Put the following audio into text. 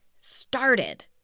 started